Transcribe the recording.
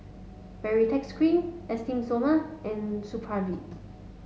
Baritex cream Esteem Stoma and Supravit